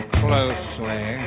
closely